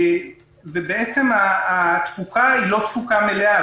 בעצם התפוקה לא מלאה.